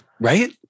Right